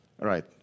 right